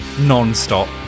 non-stop